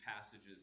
passages